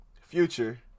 Future